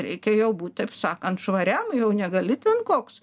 reikėjo būt taip sakan švariam jau negali ten koks